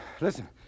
Listen